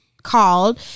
called